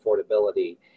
affordability